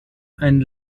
ein